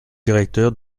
directeur